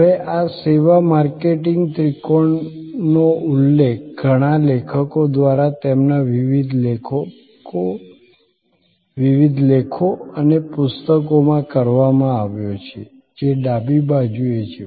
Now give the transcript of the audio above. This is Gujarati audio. હવે આ સેવા માર્કેટિંગ ત્રિકોણનો ઉલ્લેખ ઘણા લેખકો દ્વારા તેમના વિવિધ લેખો અને પુસ્તકોમાં કરવામાં આવ્યો છે જે ડાબી બાજુએ છે